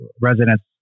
residents